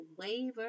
waver